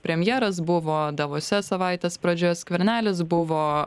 premjeras buvo davose savaitės pradžioj skvernelis buvo